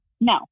No